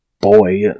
boy